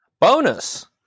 bonus